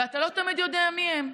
ואתה לא תמיד יודע מי הם.